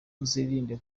uzirinde